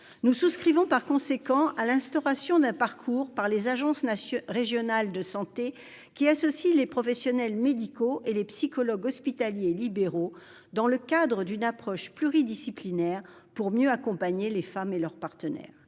Nous souscrivons donc à l'instauration d'un parcours par les agences régionales de santé, qui associe les professionnels médicaux et les psychologues hospitaliers et libéraux, dans le cadre d'une approche pluridisciplinaire, pour mieux accompagner les femmes et leur partenaire.